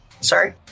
sorry